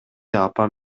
апам